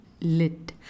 Lit